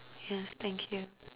yeah thank you